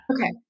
Okay